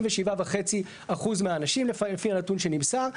97.5% מהאנשים לפי הנתון שנמסר.